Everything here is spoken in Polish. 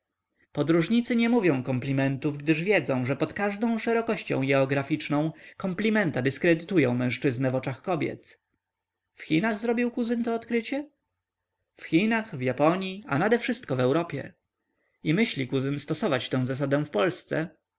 podróżnicy nie mówią komplimentów gdyż wiedzą że pod każdą szerokością jeograficzną komplimenta dyskredytują mężczyznę w oczach kobiet w chinach zrobił kuzyn to odkrycie w chinach w japonii a nade wszystko w europie i myśli kuzyn stosować tę zasadę w polsce